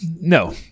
No